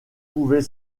pouvait